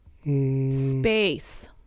space